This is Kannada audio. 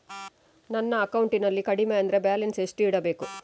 ನನ್ನ ಅಕೌಂಟಿನಲ್ಲಿ ಕಡಿಮೆ ಅಂದ್ರೆ ಬ್ಯಾಲೆನ್ಸ್ ಎಷ್ಟು ಇಡಬೇಕು?